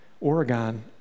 Oregon